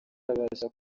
atabasha